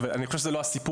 ואני חושב שזה לא סיפור,